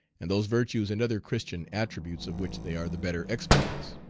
and those virtues and other christian attributes of which they are the better exponents.